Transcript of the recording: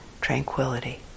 tranquility